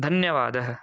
धन्यवादः